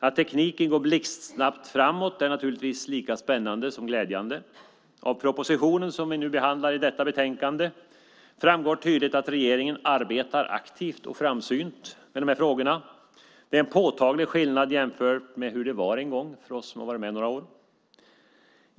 Att tekniken går blixtsnabbt framåt är naturligtvis lika spännande som glädjande. Av propositionen som vi behandlar i detta betänkande framgår tydligt att regeringen arbetar aktivt och framsynt med dessa frågor. Det är en påtaglig skillnad jämfört med hur det var en gång för oss som har varit med några år.